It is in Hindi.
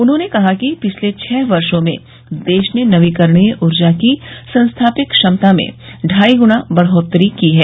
उन्होंने कहा कि पिछले छह वर्षो में देश ने नवीकरणीय ऊर्जा की संस्थापित क्षमता में ढाई गुणा बढ़ोतरी की है